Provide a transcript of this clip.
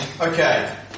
Okay